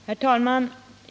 Herr talman!